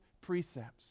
precepts